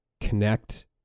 connect